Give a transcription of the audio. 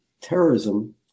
terrorism